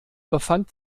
befand